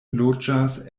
loĝas